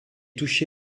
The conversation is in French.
touché